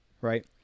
right